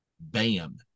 bam